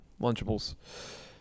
Lunchables